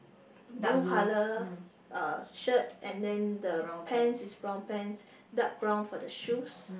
blue colour uh shirt and then the pants is brown pants dark brown for the shoes